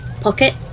pocket